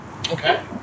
Okay